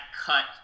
cut